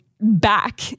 back